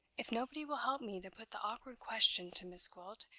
if nobody will help me to put the awkward question to miss gwilt,